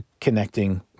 connecting